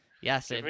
Yes